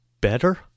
better